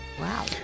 wow